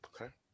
Okay